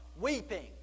weeping